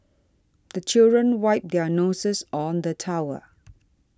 the children wipe their noses on the towel